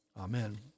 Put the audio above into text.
Amen